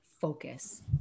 focus